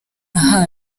aha